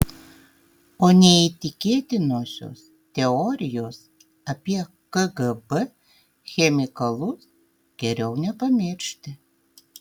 o neįtikėtinosios teorijos apie kgb chemikalus geriau nepamiršti